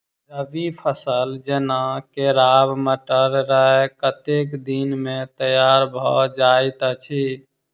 रबी फसल जेना केराव, मटर, राय कतेक दिन मे तैयार भँ जाइत अछि?